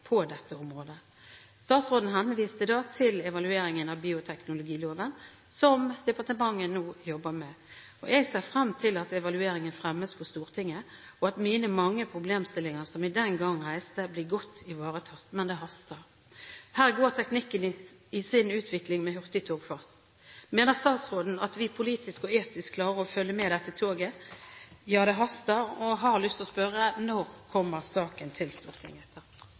på dette området. Statsråden henviste da til evalueringen av bioteknologiloven, som departementet nå jobber med. Jeg ser frem til at evalueringen fremmes for Stortinget, og at mine mange problemstillinger, som jeg den gang reiste, blir godt ivaretatt. Men det haster. Her går teknikken, med sin utvikling, med hurtigtogfart. Mener statsråden at vi politisk og etisk klarer å følge med dette toget? Det haster, og jeg har lyst til å spørre: Når kommer saken til Stortinget?